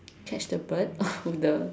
catch the bird the